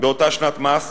באותה שנת מס.